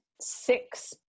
six